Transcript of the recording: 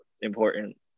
important